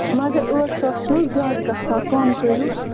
مگر ٲٹھ ساس چھُنہٕ حظ زیادٕ گَژھان کم کٔرۍہوٗس